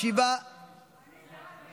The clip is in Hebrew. חבריי חברי הכנסת, תם סדר-היום.